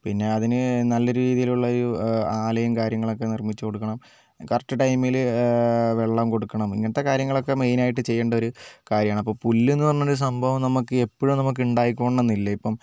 പിന്നെ അതിന് നല്ലൊരു രീതിയിലുള്ളൊരു ആലയും കാര്യങ്ങളൊക്കെ നിർമിച്ചുകൊടുക്കണം കറക്റ്റ് ടൈമിൽ വെള്ളം കൊടുക്കണം ഇങ്ങനത്തെ കാര്യങ്ങളൊക്കെ മെയിൻ ആയിട്ട് ചെയ്യേണ്ട ഒരു കാര്യമാണ് അപ്പോൾ പുല്ലെന്ന് പറയുന്നൊരു സംഭവം നമുക്ക് എപ്പോഴും നമുക്ക് ഉണ്ടായിക്കോളണം എന്നില്ല ഇപ്പം